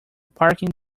parking